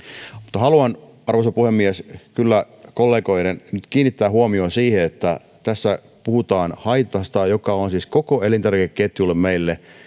mutta haluan arvoisa puhemies kyllä kollegoiden nyt kiinnittävän huomion siihen että tässä puhutaan haitasta joka on sitä siis koko meidän elintarvikeketjulle